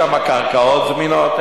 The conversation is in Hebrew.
שם הקרקעות זמינות?